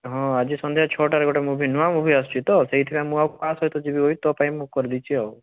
ହଁ ଆଜି ସନ୍ଧ୍ୟା ଛଅଟାରେ ଗୋଟେ ମୁଭି ନୂଆ ମୁଭି ଆସୁଛି ତ ସେଇଥିପାଇଁ ମୁଁ ଆଉ କାହା ସହିତ ଯିବି ବୋଲି ତୋ ପାଇଁ ମୁଁ କରିଦେଇଛି ଆଉ